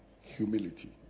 Humility